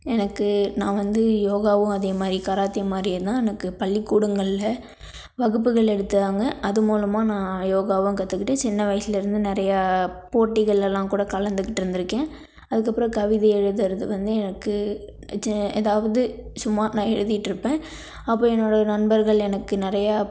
எனக்கு நான் வந்து யோகாவும் அதே மாதிரி கராத்தே மாதிரியேதான் எனக்கு பள்ளிக்கூடங்களில் வகுப்புகள் எடுத்தாங்க அது மூலமாக நான் யோகாவும் கற்றுக்கிட்டேன் சின்ன வயசுலேருந்து நிறையா போட்டிகளெல்லாம் கூட கலந்துக்கிட்டு இருந்துருக்கேன் அதுக்கப்புறம் கவிதை எழுதுறது வந்து எனக்கு சி ஏதாவது சும்மா நா எழுதிட்டுருப்பேன் அப்போ என்னோடைய நண்பர்கள் எனக்கு நிறையா